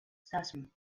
zazpi